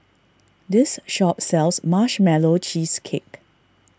this shop sells Marshmallow Cheesecake